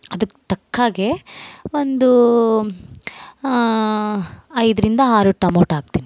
ಅದಕ್ಕೆ ತಕ್ಹಾಗೆ ಒಂದು ಐದರಿಂದ ಆರು ಟಮೊಟೊ ಹಾಕ್ತಿನಿ